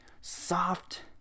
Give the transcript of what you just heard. soft